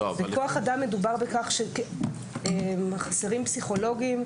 בכוח אדם מדובר בכך שחסרים פסיכולוגים.